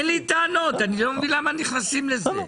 אין לי טענות, אני לא מבין למה נכנסים לזה?